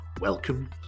Welcome